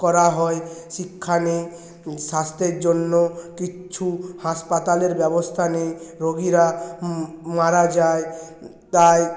করা হয় শিক্ষা নেই স্বাস্থ্যের জন্য কিচ্ছু হাসপাতালের ব্যবস্থা নেই রোগীরা মারা যায় তাই